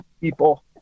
people